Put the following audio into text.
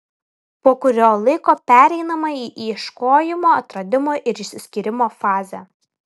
po kurio laiko pereinama į ieškojimo atradimo ir išsiskyrimo fazę